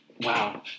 Wow